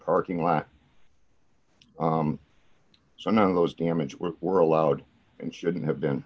parking lot so none of those damage were or allowed and shouldn't have been